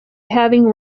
having